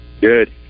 Good